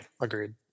agreed